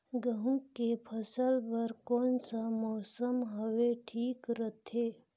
गहूं के फसल बर कौन सा मौसम हवे ठीक रथे?